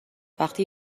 وقتی